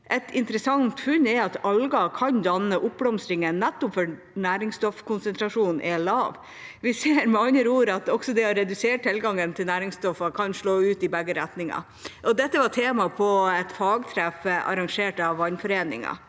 Et interessant funn er at alger kan danne oppblomstring nettopp fordi næringsstoffkonsentrasjonen er lav. Vi ser med andre ord at også det å redusere tilgangen på næringsstoffer kan slå ut i begge retninger. Dette var tema på et fagtreff arrangert av Vannforeningen.